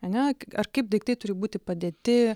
ane ar kaip daiktai turi būti padėti